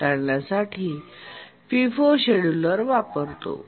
हाताळण्यासाठी FIFO scheduler वापरतो